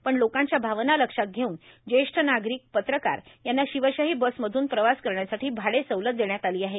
पण लोकांच्या भावना लक्षात घेऊन ज्येष्ठ नागरीक पत्रकार यांना शिवशाही बसमधून प्रवास करण्यासाठी भाडे सवलत देण्यात आली आहे